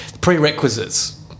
prerequisites